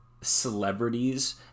celebrities